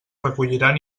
recolliran